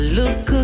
look